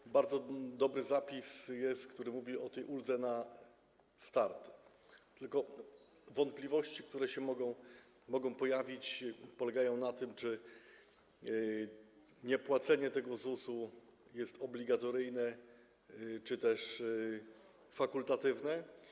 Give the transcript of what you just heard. Jest bardzo dobry zapis, który mówi o tej uldze na start, tylko wątpliwości, które mogą się pojawić, polegają na tym: Czy niepłacenie tego ZUS-u jest obligatoryjne, czy też fakultatywne?